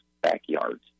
backyards